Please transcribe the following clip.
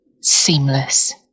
seamless